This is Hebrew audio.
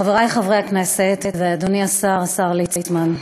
חברי חברי הכנסת, אדוני השר ליצמן,